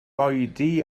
oedi